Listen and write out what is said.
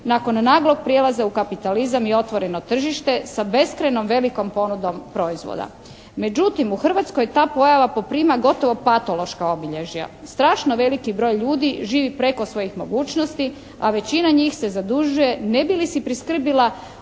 nakon naglog prijelaza u kapitalizam i otvoreno tržište sa beskrajno velikom ponudom proizvoda. Međutim, u Hrvatskoj ta pojava poprima gotovo patološka obilježja. Strašno veliki broj ljudi živi preko svojih mogućnosti, a većina njih se zadužuje ne bi li si priskrbila